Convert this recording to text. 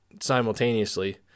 simultaneously